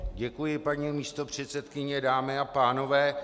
Děkuji, paní místopředsedkyně, dámy a pánové.